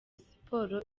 siporo